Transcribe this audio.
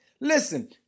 listen